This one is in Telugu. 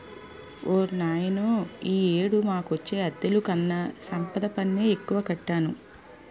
ఓర్నాయనో ఈ ఏడు మాకొచ్చే అద్దెలుకన్నా సంపద పన్నే ఎక్కువ కట్టాను